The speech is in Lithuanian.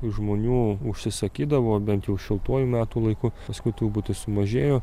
žmonių užsisakydavo bent jau šiltuoju metų laiku paskui truputį sumažėjo